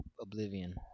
Oblivion